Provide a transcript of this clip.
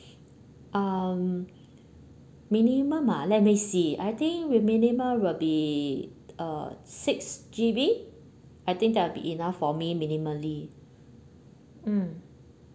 um minimum ah let me see I think the minimum will be uh six G_B I think that will be enough for me minimally mm